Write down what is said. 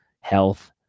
health